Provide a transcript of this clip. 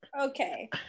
okay